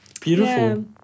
beautiful